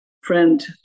friend